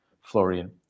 Florian